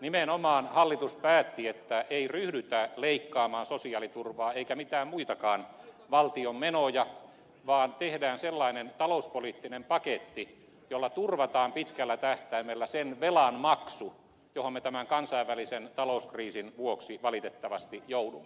nimenomaan hallitus päätti että ei ryhdytä leikkaamaan sosiaaliturvaa eikä mitään muitakaan valtion menoja vaan tehdään sellainen talouspoliittinen paketti jolla turvataan pitkällä tähtäimellä sen velan maksu johon me tämän kansainvälisen talouskriisin vuoksi valitettavasti joudumme